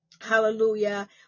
hallelujah